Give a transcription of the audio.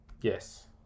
Yes